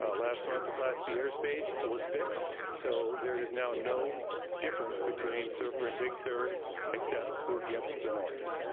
ah last montht, the class b air space was fixed, so there is now no difference between serfr and big sur except who gets the noise.